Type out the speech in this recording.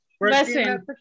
Listen